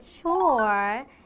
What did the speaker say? chore